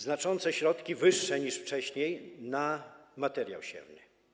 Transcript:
Znaczące środki, wyższe niż wcześniej, na materiał siewny.